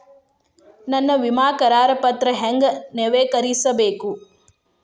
ನನ್ನ ವಿಮಾ ಕರಾರ ಪತ್ರಾ ಹೆಂಗ್ ನವೇಕರಿಸಬೇಕು?